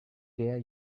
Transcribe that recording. dare